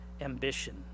ambition